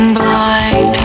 blind